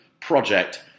project